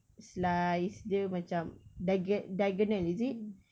slice dia macam diago~ diagonal is it